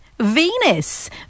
Venus